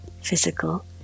physical